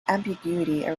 ambiguity